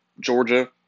Georgia